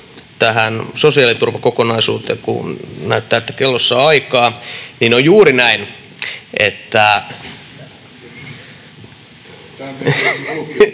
tähän sosiaaliturvakokonaisuuteen, kun näyttää, että kellossa on aikaa. On juuri näin, että sosiaaliturvankin